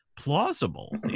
plausible